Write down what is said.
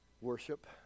Worship